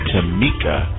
Tamika